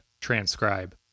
transcribe